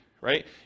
right